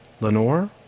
Lenore